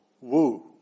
Woo